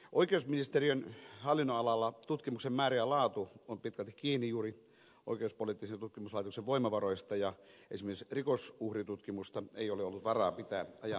oikeusministeriön hallinnonalalla tutkimuksen määrä ja laatu ovat pitkälti kiinni juuri oikeuspoliittisen tutkimuslaitoksen voimavaroista ja esimerkiksi rikosuhritutkimusta ei ole ollut varaa pitää ajan tasalla